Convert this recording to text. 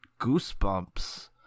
goosebumps